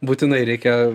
būtinai reikia